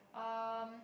um